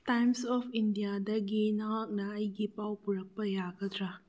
times of ꯏꯟꯗꯤꯌꯥꯗꯒꯤ ꯅꯍꯥꯛꯅ ꯑꯩꯒꯤ ꯄꯥꯎ ꯄꯨꯔꯛꯄ ꯌꯥꯒꯗ꯭ꯔ